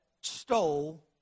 stole